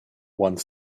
one